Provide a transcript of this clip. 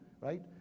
right